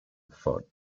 foot